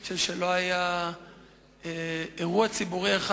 אני חושב שלא היה אירוע ציבורי אחד